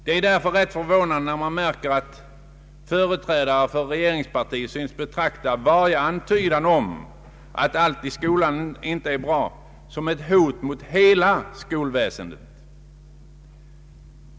Det är därför förvånande när man som i valrörelsen märker att företrädare för regeringspartiet synes betrakta varje antydan om att allt i skolan inte är bra såsom ett hot mot hela skolväsendet.